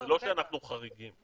זה לא שאנחנו חריגים.